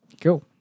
Cool